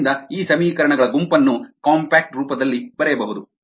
ಆದ್ದರಿಂದ ಈ ಸಮೀಕರಣಗಳ ಗುಂಪನ್ನು ಕಾಂಪ್ಯಾಕ್ಟ್ ರೂಪದಲ್ಲಿ ಬರೆಯಬಹುದು